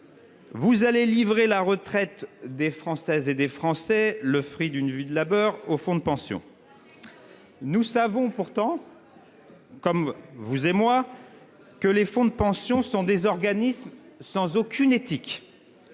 Vous allez livrer la retraite des Françaises et des Français, fruit d'une vie de labeur, aux fonds de pension. Nous savons pourtant, vous et moi, que ces fonds sont des organismes sans aucune éthique.